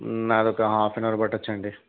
నాకొక half an hour పట్టొచ్చండి